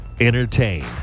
Entertain